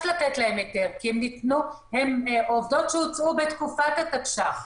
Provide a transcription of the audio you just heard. להן היתר כי הן עובדות שהוצאו בתקופת התקש"ח.